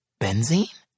Benzene